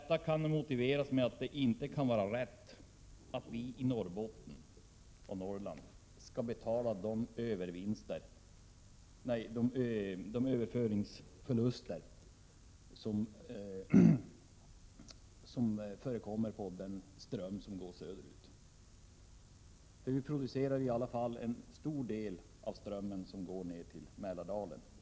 Våra krav kan motiveras med att det inte kan vara rätt att vi i Norrland skall vara med och betala de överföringsförluster som görs i fråga om den ström som går söderut. I Norrland produceras ju i alla fall en stor del av den ström som går ner till Mälardalen.